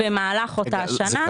אני מדברת במהלך אותה שנה.